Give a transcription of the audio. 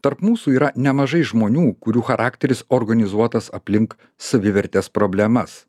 tarp mūsų yra nemažai žmonių kurių charakteris organizuotas aplink savivertės problemas